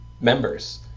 members